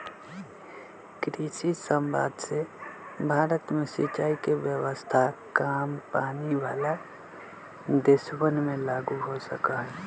कृषि समवाद से भारत में सिंचाई के व्यवस्था काम पानी वाला देशवन में लागु हो सका हई